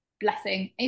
Blessing